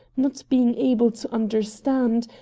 not being able to understand,